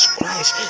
Christ